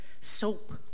soap